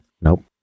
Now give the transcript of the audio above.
Nope